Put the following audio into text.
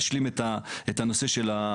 לומר משפט להשלים את נושא המדדים.